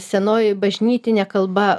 senoji bažnytinė kalba